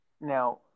Now